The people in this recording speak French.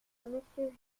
monsieur